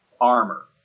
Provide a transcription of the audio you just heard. armor